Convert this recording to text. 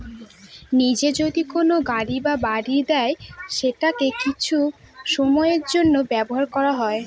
নিজে যদি কোনো গাড়ি বা বাড়ি দেয় সেটাকে কিছু সময়ের জন্য ব্যবহার করা হয়